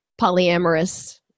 polyamorous